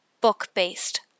book-based